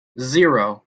zero